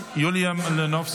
חברת הכנסת יוליה מלינובסקי,